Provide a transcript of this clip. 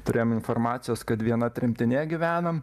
turėjom informacijos kad viena tremtinė gyvena